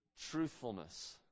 truthfulness